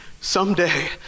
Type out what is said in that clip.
Someday